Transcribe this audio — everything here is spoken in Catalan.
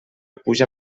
pluja